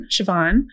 siobhan